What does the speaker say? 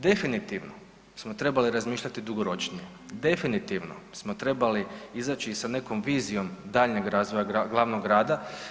Definitivno smo trebali razmišljati dugoročnije, definitivno smo trebali izaći i sa nekom vizijom daljnjeg razvoja glavnog grada.